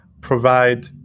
provide